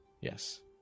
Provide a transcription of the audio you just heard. yes